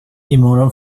imorgon